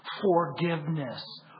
forgiveness